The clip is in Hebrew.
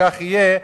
כך יהיה,